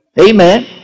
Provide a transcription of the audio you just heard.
Amen